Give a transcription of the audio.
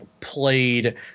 played